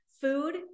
Food